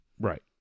Right